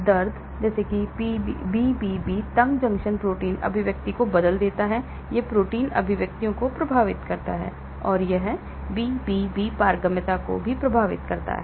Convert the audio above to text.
दर्द BBB तंग junction protein अभिव्यक्ति को बदल देता है यह प्रोटीन अभिव्यक्तियों को प्रभावित करता है और यह BBB पारगम्यता को भी प्रभावित करता है